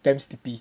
damn sleepy